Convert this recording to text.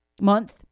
Month